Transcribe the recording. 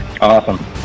awesome